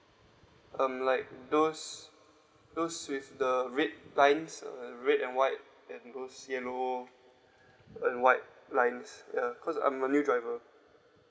um like those those with the red lines uh red and white and those yellow and white lines ya cause I'm a new driver